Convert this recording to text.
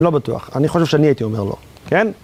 לא בטוח, אני חושב שאני הייתי אומר לא, כן?